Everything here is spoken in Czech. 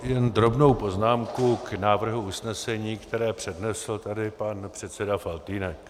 Jen drobnou poznámku k návrhu usnesení, které přednesl tady pan předseda Faltýnek.